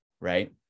right